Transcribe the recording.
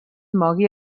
mogui